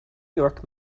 york